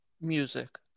music